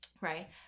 right